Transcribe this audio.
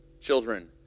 children